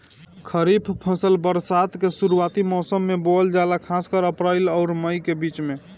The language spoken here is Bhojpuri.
खरीफ फसल बरसात के शुरूआती मौसम में बोवल जाला खासकर अप्रैल आउर मई के बीच में